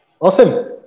Awesome